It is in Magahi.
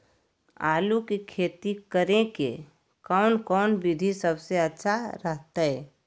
आलू की खेती करें के कौन कौन विधि सबसे अच्छा रहतय?